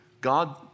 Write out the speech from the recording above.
God